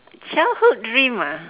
childhood dream ah